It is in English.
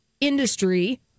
industry